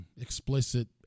explicit